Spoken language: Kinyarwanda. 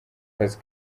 kazi